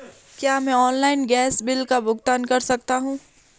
क्या मैं online gas bill का भुगतान कर सकता हूँ?